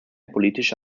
politische